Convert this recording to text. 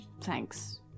thanks